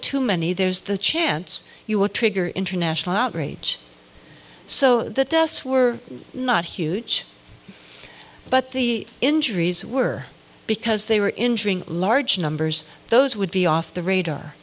too many there's the chance you would trigger international outrage so the deaths were not huge but the injuries were because they were injuring large numbers those would be off the radar